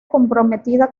comprometida